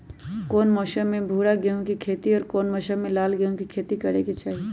कौन मौसम में भूरा गेहूं के खेती और कौन मौसम मे लाल गेंहू के खेती करे के चाहि?